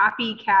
copycat